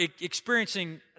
experiencing